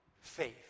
Faith